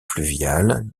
fluviale